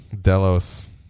Delos